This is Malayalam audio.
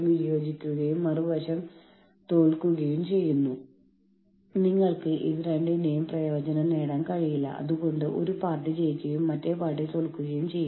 ഒന്നുകിൽ യൂണിയൻ സബ്സ്റ്റിറ്റ്യൂഷനിലൂടെ നമുക്കത് ചെയ്യാം അല്ലെങ്കിൽ യൂണിയൻ അടിച്ചമർത്തലിലൂടെ ചെയ്യാം